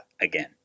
again